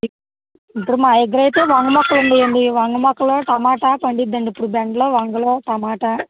ఇప్పుడు మా దగ్గరైతే వంగ మొక్కలున్నాయ్యండి వంగ మొక్కలు టమాటా పండుతుందండి ఇప్పుడు బెండలు వంగలు టమాటా